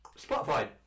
Spotify